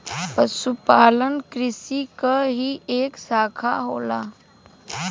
पशुपालन कृषि क ही एक साखा होला